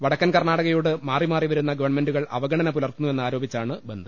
വടക്കൻ കർണാടകയോട് മാറിമാറി വരുന്ന ഗവൺമെന്റുകൾ അവഗണന പുലർത്തുന്നുവെന്നാരോ പിച്ചാണ് ബന്ദ്